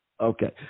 okay